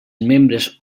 membres